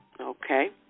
okay